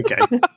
Okay